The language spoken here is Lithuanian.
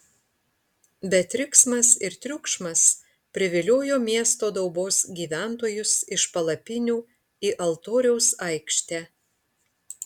bet riksmas ir triukšmas priviliojo miesto daubos gyventojus iš palapinių į altoriaus aikštę